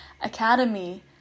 academy